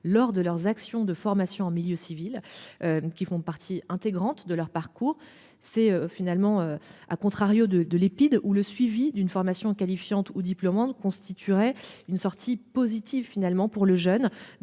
lors de leurs actions de formation en milieu civil. Qui font partie intégrante de leur parcours. C'est finalement à contrario de de l'Epide où le suivi d'une formation qualifiante ou diplômante constituerait une sortie positive finalement